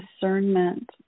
discernment